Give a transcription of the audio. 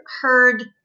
heard